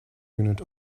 unit